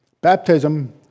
Baptism